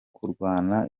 kurwana